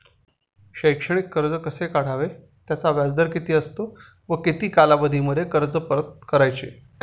शैक्षणिक कर्ज कसे काढावे? त्याचा व्याजदर किती असतो व किती कालावधीमध्ये कर्ज परत करायचे?